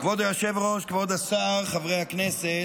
כבוד היושב-ראש, כבוד השר, חברי הכנסת,